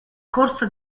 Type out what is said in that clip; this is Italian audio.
corso